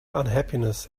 unhappiness